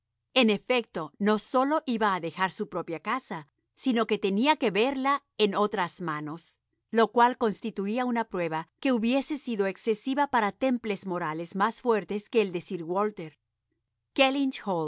en efecto no sólo iba a dejar su propia casa sino que tenía que verla en otras manos lo cual constituía una prueba que hubiese sido excesiva para temples morales más fuertes que el de sir walter